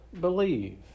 believe